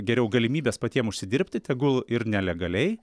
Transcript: geriau galimybės patiem užsidirbti tegul ir nelegaliai